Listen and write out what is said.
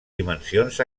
dimensions